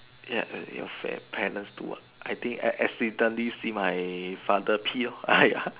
ya at your fair parent do uh I think accidentally see my father pee lor !aiya!